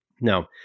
Now